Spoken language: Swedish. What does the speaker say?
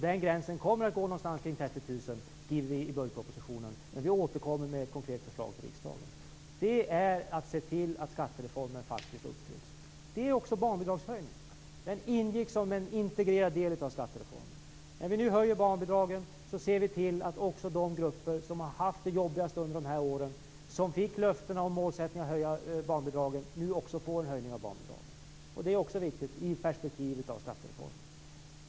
Den gränsen kommer att gå någonstans kring 30 000 kr, skriver vi i budgetpropositionen, men vi återkommer med ett konkret förslag till riksdagen. Det är att se till att skattereformen faktiskt uppfylls. Det gäller också barnbidragshöjningen. Den ingick som en integrerad del av skattereformen. När vi nu höjer barnbidragen ser vi till att de grupper som haft det jobbigast under de här åren, de som fick löften om målsättningen att höja barnbidragen, nu också får en höjning av barnbidragen. Det är också viktigt i perspektivet av skattereformen.